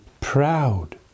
proud